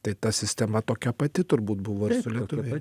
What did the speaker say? tai ta sistema tokia pati turbūt buvo ir su lietuviais